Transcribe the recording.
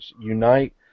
unite